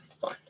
Fine